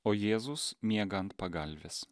o jėzus miega ant pagalvės